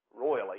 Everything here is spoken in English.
royally